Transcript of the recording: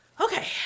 Okay